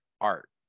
art